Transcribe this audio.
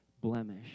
blemish